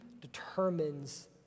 determines